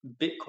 Bitcoin